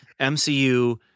MCU